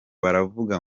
baravuga